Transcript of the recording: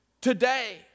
today